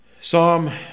psalm